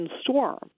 storm